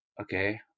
okay